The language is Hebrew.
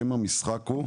שם המשחק הוא: